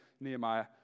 Nehemiah